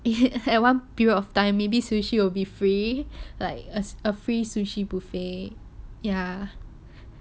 at one period of time maybe sushi will be free like as a free sushi buffet ya